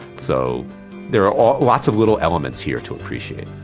so there are lots of little elements here to appreciate